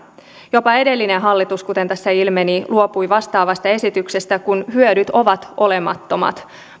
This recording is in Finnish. jopa edellinen hallitus kuten tässä ilmeni luopui vastaavasta esityksestä kun hyödyt ovat olemattomat